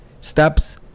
steps